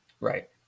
Right